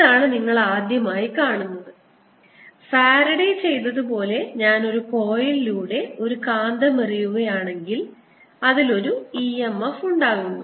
ഇതാണ് നിങ്ങൾ ആദ്യമായി കാണുന്നത് ഫാരഡെ ചെയ്തത് പോലെ ഞാൻ ഒരു കോയിലിലൂടെ ഒരു കാന്തം എറിയുകയാണെങ്കിൽ അതിൽ ഒരു e m f ഉണ്ടാകുന്നു